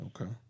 Okay